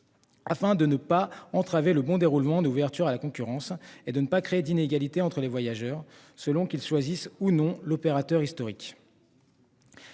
Afin de ne pas entraver le bon déroulement d'ouverture à la concurrence et de ne pas créer d'inégalités entre les voyageurs, selon qu'ils choisissent ou non l'opérateur historique.--